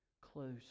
close